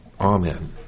Amen